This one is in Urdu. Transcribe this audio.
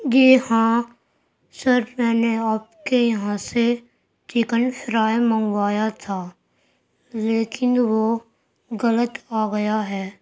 جی ہاں سر میں نے آپ کے یہاں سے چکن فرائی منگوایا تھا لیکن وہ غلط آ گیا ہے